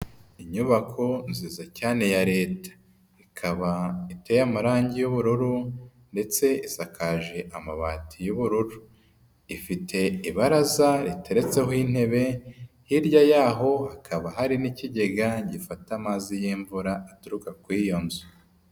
Inyubako nziza cyane ya leta. Ikaba iteye amarangi y'ubururu ndetse isakaje amabati y'ubururu. Ifite ibaraza riteretseho intebe, hirya yaho hakaba hari n'ikigega gifata amazi y'imvura aturuka kuri iyo nzu.